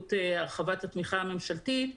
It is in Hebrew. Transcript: באמצעות הרחבת התמיכה הממשלתית,